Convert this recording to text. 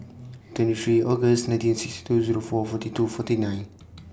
twenty three August nineteen sixty two Zero four forty two forty nine